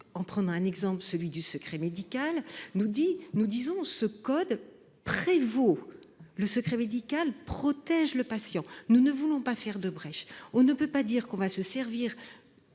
je prends l'exemple du secret médical, nous estimons que ce code prévaut : le secret médical protège le patient. Nous ne voulons pas ouvrir de brèche : on ne peut donc pas dire qu'on va se servir